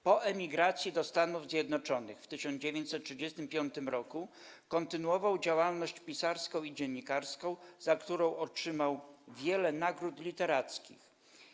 Po emigracji do Stanów Zjednoczonych w 1935 r. kontynuował działalność pisarską i dziennikarską, za którą otrzymał wiele nagród literackich.